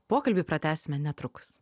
pokalbį pratęsime netrukus